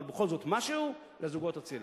אבל בכל זאת משהו לזוגות הצעירים.